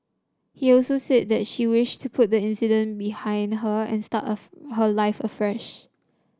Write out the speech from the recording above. he also said that she wished to put the incident behind her and start a her life afresh